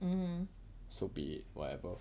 mmhmm